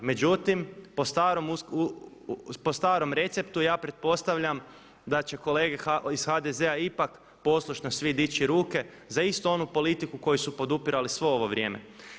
Međutim, po starom receptu ja pretpostavljam da će kolege iz HDZ-a ipak poslušno svi dići ruke za istu onu politiku koju su podupirali svo ovo vrijeme.